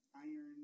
Iron